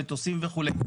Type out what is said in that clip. המטוסים וכו'.